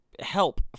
help